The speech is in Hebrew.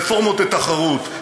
רפורמות ותחרות,